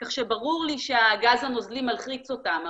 כך שברור לי שהגז הנוזלי מלחיץ אותם,